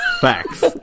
Facts